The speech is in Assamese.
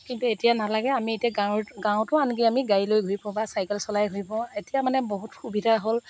কিন্তু এতিয়া নালাগে এতিয়া আমি এতিয়া গাঁৱত গাঁৱটো আনকি আমি গাড়ী লৈ ঘূৰি ফুৰোঁ বা চাইকেল চলাই ঘূৰি ফুৰোঁ এতিয়া মানে বহুত সুবিধা হ'ল